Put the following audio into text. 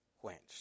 quenched